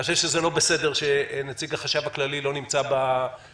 אני חושב שזה לא בסדר שנציג החשב הכללי לא נמצא בדיון.